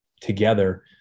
together